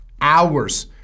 hours